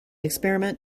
experiment